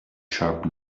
sharp